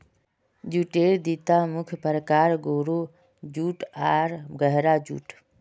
जूटेर दिता मुख्य प्रकार, गोरो जूट आर गहरा जूट